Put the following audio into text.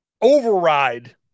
override